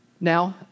Now